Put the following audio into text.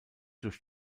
durch